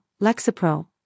Lexapro